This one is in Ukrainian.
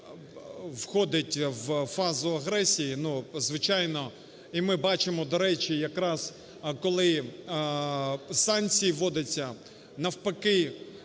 коли країна входить в фазу агресії, ну, звичайно… і ми бачимо, до речі, якраз коли санкції вводяться, навпаки